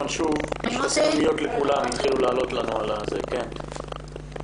הלכתי עד יעל אשת חבר הקיני, אבל אימא